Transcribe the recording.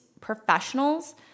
professionals